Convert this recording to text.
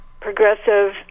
progressive